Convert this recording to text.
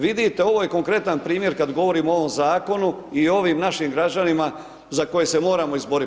Vidite ovo je konkretan primjer kad govorimo o ovom zakonu i ovim našim građanima za koje se moramo izborit.